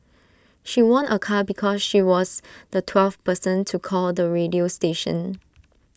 she won A car because she was the twelfth person to call the radio station